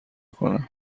کنم